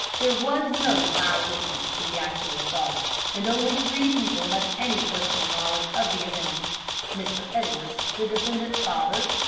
there was no eyewitness to the actual assault and only three people have any personal knowledge of the event mr. edwards, the defendant's father,